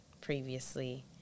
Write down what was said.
previously